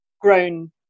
grown